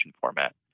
format